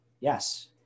Yes